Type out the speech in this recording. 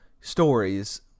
stories